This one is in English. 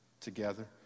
together